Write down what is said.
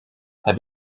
heb